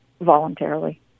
voluntarily